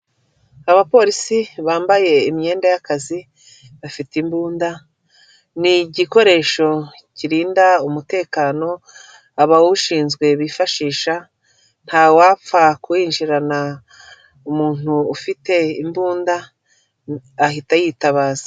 Abapolisi bambaye imyenda y'akazi bafite imbunda, ni igikoresho kirinda umutekano abawushinzwe bifashisha, nta wapfa kwinjirana umuntu ufite imbunda ahita ayitabaza.